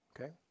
Okay